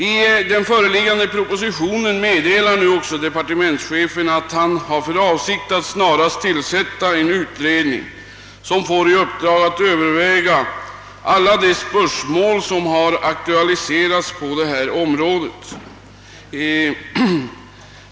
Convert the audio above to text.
I den föreliggande propositionen meddelar nu också departementschefen att han har för avsikt att snarast tillsätta en utredning som får i uppdrag att överväga alla de spörsmål som har aktualiserats på detta område.